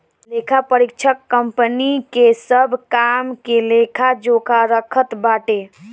लेखापरीक्षक कंपनी के सब काम के लेखा जोखा रखत बाटे